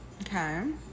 Okay